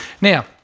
Now